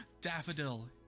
Daffodil